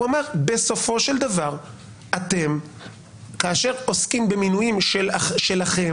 הוא אמר: בסופו של דבר אתם כאשר עוסקים במינויים שלכם,